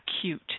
cute